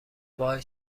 وای